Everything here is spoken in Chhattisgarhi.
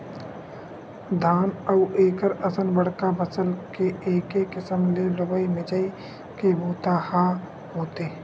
धान अउ एखरे असन बड़का फसल के एके किसम ले लुवई मिजई के बूता ह होथे